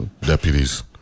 deputies